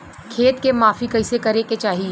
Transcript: खेत के माफ़ी कईसे करें के चाही?